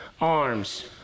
arms